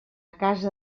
casa